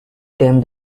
tame